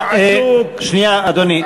אדוני.